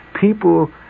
people